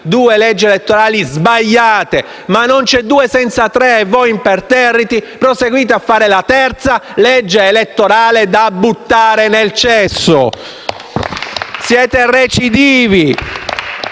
Due leggi elettorali sbagliate. Ma non c'è due senza tre e voi, imperterriti, proseguite a fare la terza legge elettorale da buttare nel cesso! *(Applausi